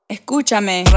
Escúchame